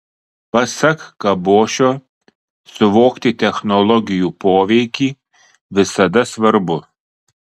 pasak kabošio suvokti technologijų poveikį visada svarbu